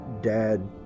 Dad